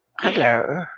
Hello